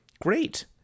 Great